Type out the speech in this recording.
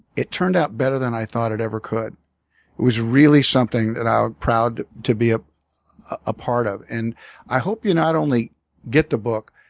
it turned out better than i thought it ever could. it was really something that i'm proud to be a ah part of. and i hope you not only get the book,